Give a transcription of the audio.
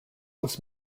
was